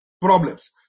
problems